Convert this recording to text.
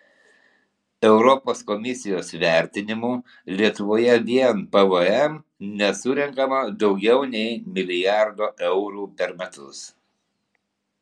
europos komisijos vertinimu lietuvoje vien pvm nesurenkama daugiau nei milijardo eurų per metus